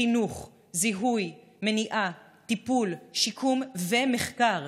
חינוך, זיהוי, מניעה, טיפול, שיקום ומחקר,